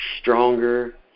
stronger